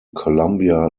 columbia